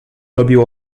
robił